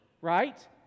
Right